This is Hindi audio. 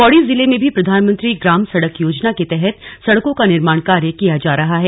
पौड़ी जिले में भी प्रधानमंत्री ग्राम सड़क योजना के तहत सड़कों का निर्माण किया जा रहा है